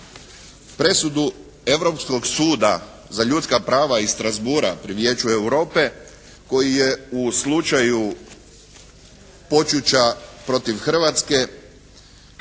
presudu Europskog suda za ljudska prava iz Strasbourga pri Vijeću Europe koji je u slučaju Počuća protiv Hrvatske rekao,